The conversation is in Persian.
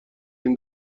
این